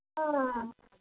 ആ